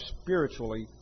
spiritually